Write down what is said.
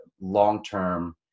long-term